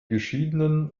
geschiedenen